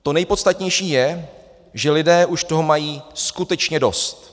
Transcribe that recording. To nejpodstatnější je, že lidé už toho mají skutečně dost.